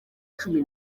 cumi